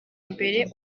mbere